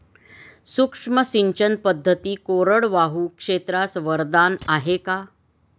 सूक्ष्म सिंचन पद्धती कोरडवाहू क्षेत्रास वरदान आहे का?